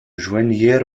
joignirent